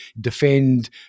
defend